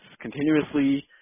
continuously